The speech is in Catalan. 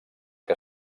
que